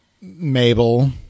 Mabel